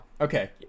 Okay